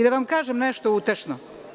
Da vam kažem nešto utešno.